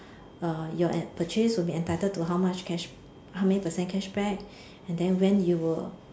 uh your App purchase will be entitled to how much cash how many percent cashback and then when it will